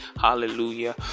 hallelujah